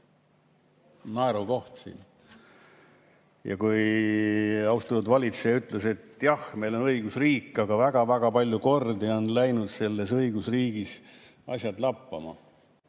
naerukoht on siin. Austatud valitseja ütles, et jah, meil on õigusriik, aga väga-väga palju kordi on läinud selles õigusriigis asjad lappama.